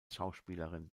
schauspielerin